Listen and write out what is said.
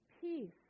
Peace